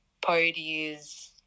parties